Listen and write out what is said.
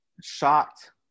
shocked